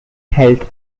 health